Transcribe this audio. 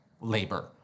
labor